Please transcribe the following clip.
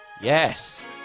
yes